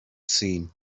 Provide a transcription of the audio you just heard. seen